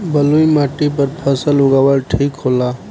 बलुई माटी पर फसल उगावल ठीक होला?